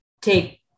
take